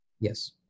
Yes